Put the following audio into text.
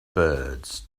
birds